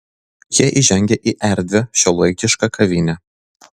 jie įžengė į erdvią šiuolaikišką kavinę